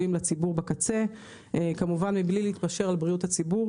שיש לטפל בהם ולהנגיש אותם אך מבלי להתפשר על בריאות הציבור.